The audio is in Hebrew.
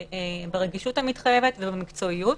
ברגישות המתחייבת ובמקצועיות